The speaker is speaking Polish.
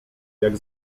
jak